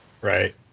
right